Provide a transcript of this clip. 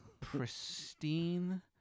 pristine